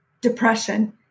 depression